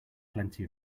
plenty